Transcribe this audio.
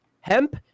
hemp